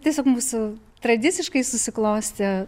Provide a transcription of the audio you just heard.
tiesiog mūsų tradiciškai susiklostė